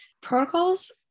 Protocols